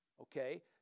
okay